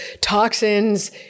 toxins